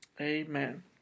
amen